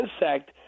insect